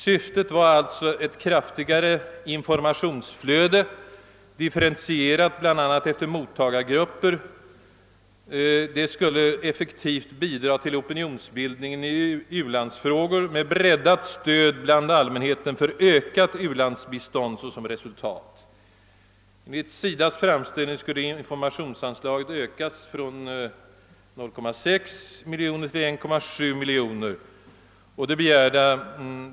Syftet var alltså att ett kraftigare informationsflöde, differentierat bl.a. efter mottagargrupper, effektivt skulle bidra till opinionsbildningen i u-landsfrågor med breddat stöd bland allmänheten för ökat u-landsbistånd som resultat. Enligt SIDA:s framställning skulle informationsanslaget ökas från 0,6 till 1,7 miljoner kronor.